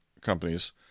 companies